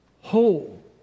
whole